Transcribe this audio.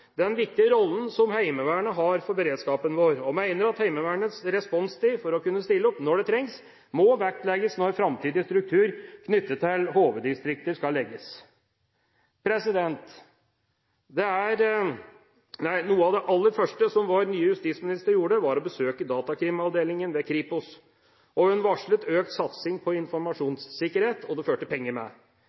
den viktige rollen som Heimevernet har for beredskapen vår, og mener at Heimevernets responstid for å kunne stille opp når det trengs, må vektlegges når framtidig struktur knyttet til HV-distrikter skal legges. Noe av det aller første vår nye justisminister gjorde, var å besøke datakrimavdelingen i Kripos. Hun varslet økt satsing på informasjonssikkerhet, og det fulgte penger med.